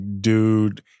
dude